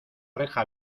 reja